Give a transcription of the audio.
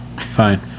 Fine